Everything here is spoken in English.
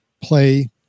play